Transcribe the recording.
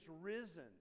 risen